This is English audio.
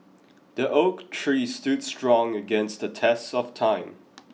the oak tree stood strong against the test of time